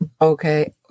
Okay